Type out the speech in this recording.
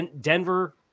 Denver